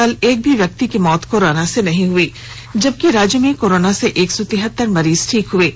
कल एक भी व्यक्ति की मौत कोरोना से नहीं हुई हैं जबकि राज्य में कोरोना से एक सौ तिहतर मरीज ठीक हुए हैं